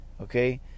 Okay